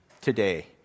today